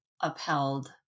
upheld